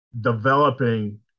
developing